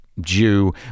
jew